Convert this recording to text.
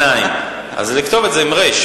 אז לכתוב את זה עם רי"ש.